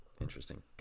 Interesting